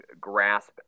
grasp